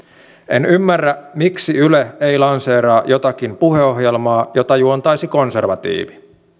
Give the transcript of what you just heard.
en ymmärrä miksi yle ei lanseeraa jotakin puheohjelmaa jota juontaisi konservatiivi